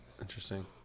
Interesting